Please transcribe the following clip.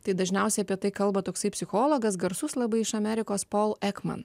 tai dažniausiai apie tai kalba toksai psichologas garsus labai iš amerikos pol ekman